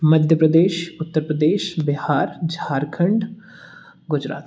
Madhya Pradesh Uttar Pradesh Bihar Jharkhand Gujarat